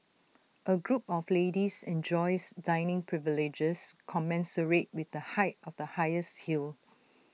A group of ladies enjoys dining privileges commensurate with the height of the highest heel